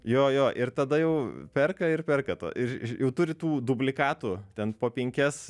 jo jo ir tada jau perka ir perka tą ir jau turi tų dublikatų ten po penkias